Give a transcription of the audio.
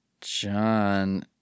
John